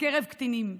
בקרב קטינים,